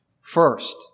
First